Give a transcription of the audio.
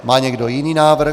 Má někdo jiný návrh?